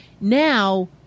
now